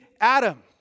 Adam